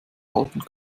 halten